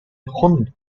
honda